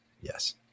Yes